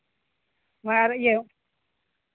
ᱟᱨ ᱤᱭᱟᱹ